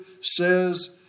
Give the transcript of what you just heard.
says